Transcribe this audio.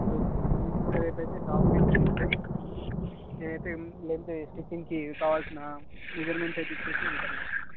okay ma'am రేపు అయితే షాప్కి అయితే విసిట్ అయ్యి నేనయితే లెంత్ అవి స్టిచ్చింగ్కి కావలసిన మెజర్మెంట్స్ అవి ఇచ్చేసి వెళ్తాను మేడం